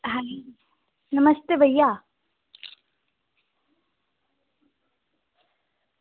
नमस्ते भैया